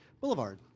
Boulevard